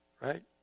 Right